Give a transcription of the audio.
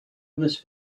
was